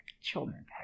children